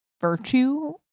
virtue